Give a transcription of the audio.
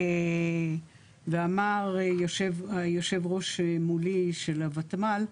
ואמר יושב הראש מולי, של ה-ותמ"ל,